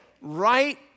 right